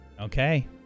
Okay